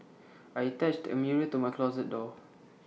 I attached A mirror to my closet door